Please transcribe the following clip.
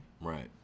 Right